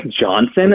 Johnson